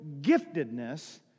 giftedness